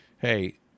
hey